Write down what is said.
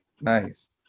Nice